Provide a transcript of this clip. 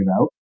out